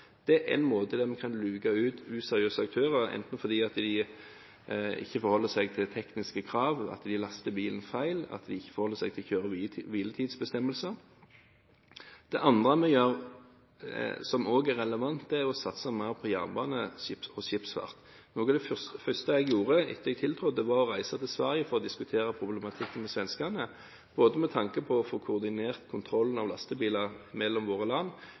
Det er en måte en kan luke ut useriøse aktører på, enten fordi de ikke forholder seg til tekniske krav, at de laster bilen feil, eller at de ikke forholder seg til kjøre- og hviletidsbestemmelser. Det andre vi gjør, som også er relevant, er å satse mer på jernbane og skipsfart. Noe av det første jeg gjorde etter at jeg tiltrådte, var å reise til Sverige for å diskutere problematikken med svenskene, både med tanke på å få koordinert kontrollen av lastebiler mellom våre land